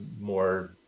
more